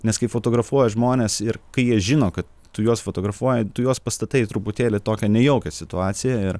nes kai fotografuoji žmones ir kai jie žino kad tu juos fotografuoji tu juos pastatai į truputėlį tokią nejaukią situaciją ir